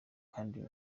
kandi